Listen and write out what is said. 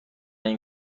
این